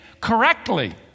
correctly